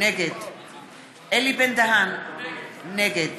נגד אלי בן-דהן, נגד